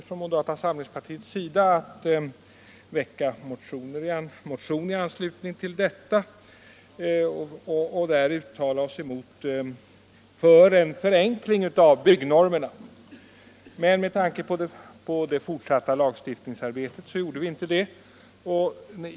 Från moderata samlingspartiets sida övervägde vi att väcka motion i anslutning till propositionen och där uttala oss för en förenkling av normerna, men med tanke på det fortsatta lagstiftningsarbetet gjorde vi inte det.